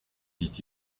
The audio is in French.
dit